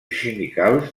sindicals